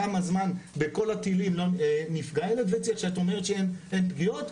כמה זמן בכל הטילים נפגע --- שאת אומרת שאין פגיעות?